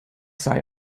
sei